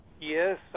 Yes